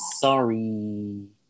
Sorry